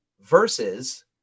versus